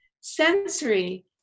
sensory